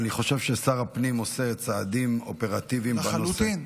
אבל אני חושב ששר הפנים עושה צעדים אופרטיביים בנושא.